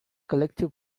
collective